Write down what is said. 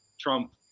Trump